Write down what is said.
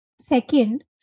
second